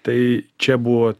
tai čia buvo